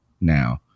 now